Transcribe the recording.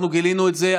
אנחנו גילינו את זה,